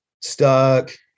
stuck